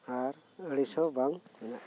ᱟᱨ ᱟᱲᱤᱥᱚᱜ ᱵᱟᱝ ᱦᱮᱱᱟᱜ ᱛᱤᱧᱟᱹ